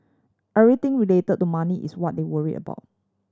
everything related to money is what they worry about